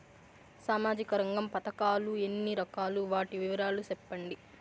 సామాజిక రంగ పథకాలు ఎన్ని రకాలు? వాటి వివరాలు సెప్పండి